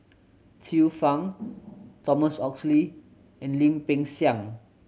Xiu Fang Thomas Oxley and Lim Peng Siang